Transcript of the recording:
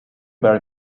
very